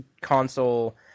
console